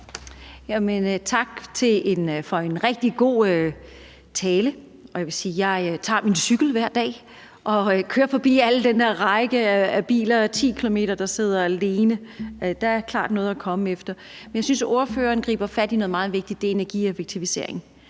Tak for en rigtig god tale. Jeg vil sige, at jeg tager min cykel hver dag og kører forbi hele den der række af biler, 10 km med folk, der sidder alene. Der er klart noget at komme efter. Men jeg synes, at ordføreren griber fat i noget meget vigtigt, og det er energieffektivisering,